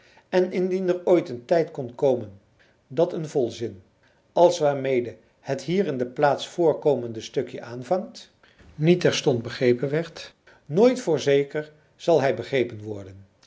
en indien er ooit een tijd kon komen dat een volzin als waarmede het hier in de laatste plaats voorkomende stukje aanvangt niet terstond begrepen werd nooit voorzeker zal hij begrepen worden